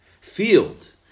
field